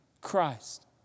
Christ